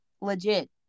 Legit